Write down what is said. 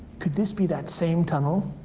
could this be that same tunnel?